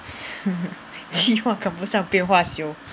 计划赶不上变化 [siol]